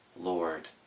Lord